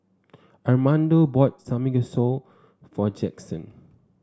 Armando bought Samgeyopsal for Jaxson